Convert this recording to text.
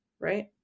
right